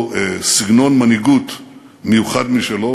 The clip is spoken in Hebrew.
היה לו סגנון מנהיגות מיוחד משלו.